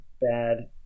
bad